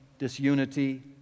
disunity